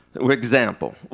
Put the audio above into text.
example